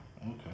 okay